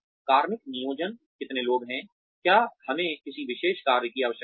कार्मिक नियोजन कितने लोग हैं क्या हमें किसी विशेष कार्य की आवश्यकता है